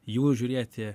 jų žiūrėti